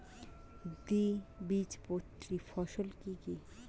দ্বিবীজপত্রী ফসল কি কি?